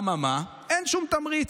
אממה, אין שום תמריץ.